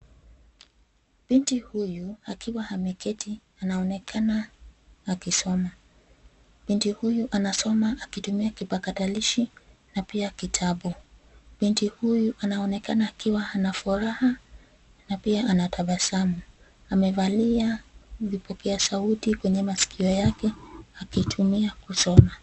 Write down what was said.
Binti huyu akiwa ameketi, anaonekana akisoma. Binti huyu anasoma akitumia kipakatalishi na pia kitabu. Binti huyu anaonekana akiwa na furaha na pia anatabasamu. Amevalia vipokea sauti kwenye masikio yake akitumia kusoma.